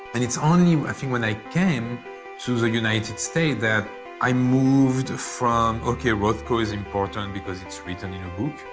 and it's only i think when i came to the united states that i moved from, okay, rothko is important because it's written in a book,